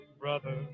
brother